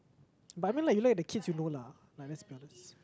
but I mean like you like the kids you know lah like let's be honest